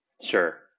Sure